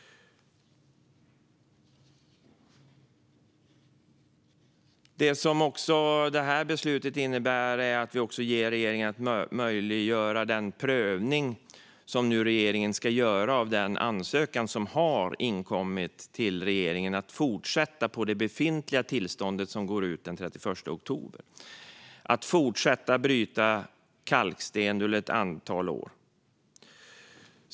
Det här beslutet innebär också att vi möjliggör att regeringen gör en prövning av den ansökan som har inkommit till regeringen om att få fortsätta på det befintliga tillståndet, som löper ut den 31 oktober, och fortsätta att bryta kalksten under ett antal år.